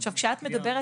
עכשיו כשאת מדברת,